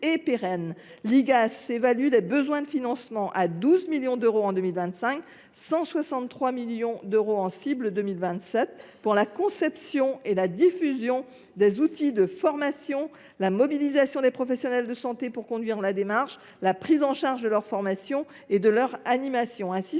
» Elle évalue les besoins de financement à 12 millions d’euros en 2025 et 163 millions d’euros d’ici à 2027 pour concevoir et diffuser des outils de formation, mobiliser les professionnels de santé pour conduire la démarche et prendre en charge leur formation et leur animation.